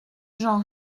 gens